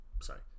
Sorry